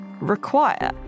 require